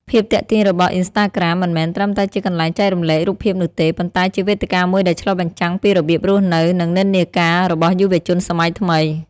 ភាពទាក់ទាញរបស់ អុីនស្តាក្រាម មិនមែនត្រឹមតែជាកន្លែងចែករំលែករូបភាពនោះទេ ប៉ុន្តែជាវេទិកាមួយដែលឆ្លុះបញ្ចាំងពីរបៀបរស់នៅ និងនិន្នាការរបស់យុវជនសម័យថ្មី។